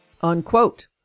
Unquote